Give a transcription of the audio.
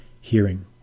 hearing